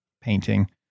painting